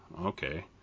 okay